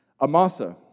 Amasa